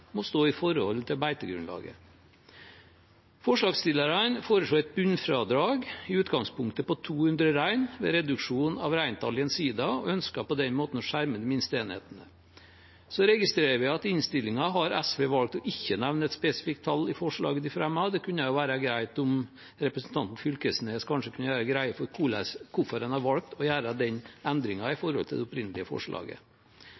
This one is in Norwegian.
må stå i forhold til beitegrunnlaget. Forslagstillerne foreslår et bunnfradrag, i utgangspunktet på 200 rein, ved reduksjon av reintall i en sida og ønsker på denne måten å skjerme de minste enhetene. Vi registrerer at i innstillingen har SV valgt å ikke nevne et spesifikt tall i forslaget de fremmer. Det kunne vært greit om representanten Knag Fylkesnes kanskje kunne gjøre rede for hvorfor man har valgt å gjøre den endringen i